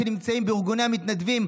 שנמצאים בארגוני המתנדבים,